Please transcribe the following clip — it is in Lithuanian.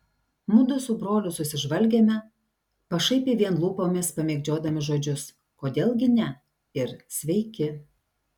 mudu su broliu susižvalgėme pašaipiai vien lūpomis pamėgdžiodami žodžius kodėl gi ne ir sveiki